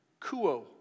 Kuo